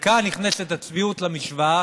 וכאן נכנסת הצביעות למשוואה,